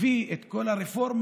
הביא את כל הרפורמות.